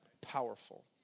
powerful